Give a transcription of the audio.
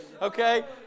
okay